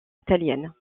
italienne